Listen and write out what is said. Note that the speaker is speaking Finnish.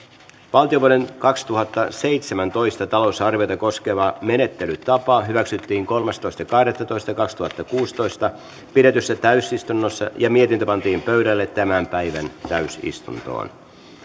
valtion vuoden kaksituhattaseitsemäntoista talousarviota koskeva menettelytapa hyväksyttiin kolmastoista kahdettatoista kaksituhattakuusitoista pidetyssä täysistunnossa ja mietintö pantiin pöydälle tämän päivän täysistuntoon